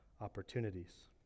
opportunities